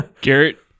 garrett